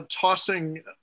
tossing